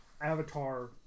Avatar